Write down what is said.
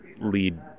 lead